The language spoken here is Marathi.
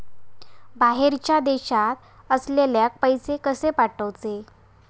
बाहेरच्या देशात असलेल्याक पैसे कसे पाठवचे?